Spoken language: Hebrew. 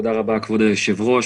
כבוד היושבת-ראש,